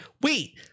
wait